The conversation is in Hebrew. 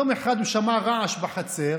יום אחד הוא שמע רעש בחצר,